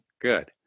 Good